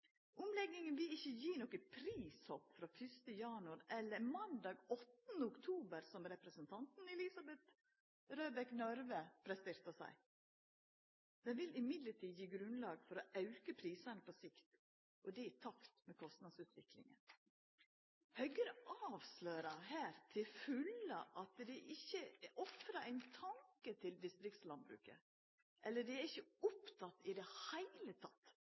Omlegginga vil ikkje gi noko prishopp frå 1. januar, eller frå måndag 8. oktober, som representanten Elisabeth Røbekk Nørve presterte å seia. Det vil likevel gi grunnlag for å auka prisane på sikt, og det i takt med kostnadsutviklinga. Høgre avslørar her til fulle at dei ikkje ofrar ein tanke til distriktslandbruket, eller dei er ikkje i det heile